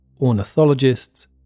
ornithologists